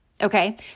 okay